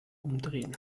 umdrehen